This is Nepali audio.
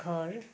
घर